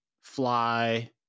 fly